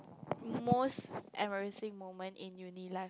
most embarrassing moment in uni life